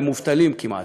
והם מובטלים כמעט,